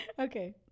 Okay